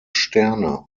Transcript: sterne